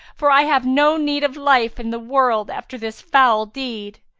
for i have no need of life in the world after this foul deed.